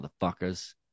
motherfuckers